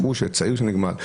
בחור צעיר שנגמל,